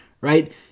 right